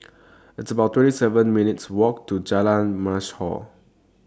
It's about twenty seven minutes' Walk to Jalan Mashhor